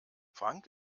frank